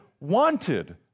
wanted